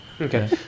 Okay